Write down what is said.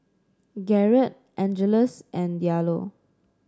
Garret Angeles and Diallo